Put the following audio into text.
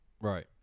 Right